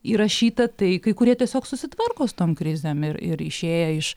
įrašyta tai kai kurie tiesiog susitvarko su tom krizėm ir ir išėję iš